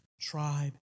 tribe